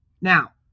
Now